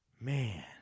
Man